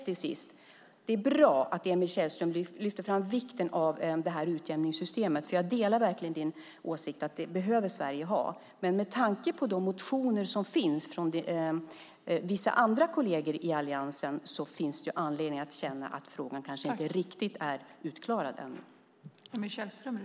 Till sist är det bra att Emil Källström lyfter fram vikten av utjämningssystemet. Jag delar verkligen din åsikt att Sverige behöver ha det. Men med tanke på de motioner som väckts av vissa kolleger i Alliansen finns det anledning att känna att frågan kanske inte riktigt är utklarad ännu.